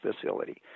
facility